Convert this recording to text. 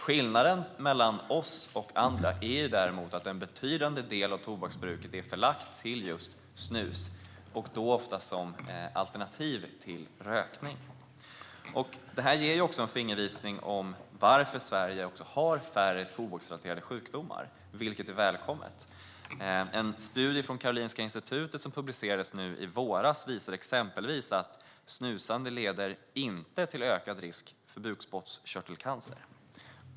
Skillnaden mellan oss och andra är att en betydande del av tobaksbruket är förlagt till just snus och då ofta som alternativ till rökning. Det ger också en fingervisning om varför Sverige har färre tobaksrelaterade sjukdomar, vilket är välkommet. En studie från Karolinska Institutet som publicerades i våras visar exempelvis att snusande inte leder till ökad risk för bukspottkörtelcancer.